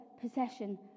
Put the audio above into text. possession